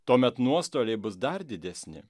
tuomet nuostoliai bus dar didesni